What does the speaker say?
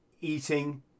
eating